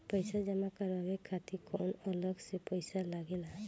पईसा जमा करवाये खातिर कौनो अलग से पईसा लगेला?